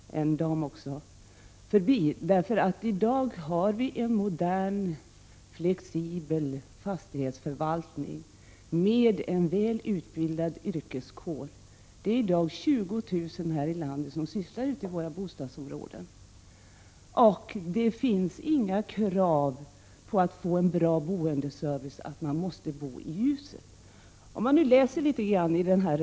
I dag finns det en modern, flexibel fastighetsförvaltning, med en väl utbildad yrkeskår. Det är 20 000 människor i landet som sysslar med detta i bostadsområdena. Det har inte ställts några krav på att fastighetsskötaren måste bo i huset för att boendeservicen skall fungera bra.